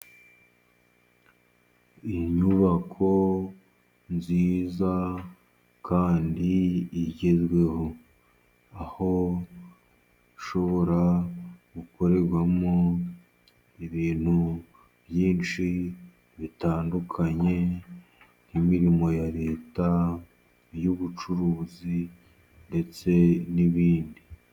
Inyubako nziza kandi igezweho, aho ishobora gukorerwamo ibintu byinshi bitandukanye, nk'imirimo ya Leta, y'ubucuruzi ndetse n'ibindi.